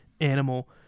animal